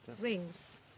rings